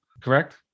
Correct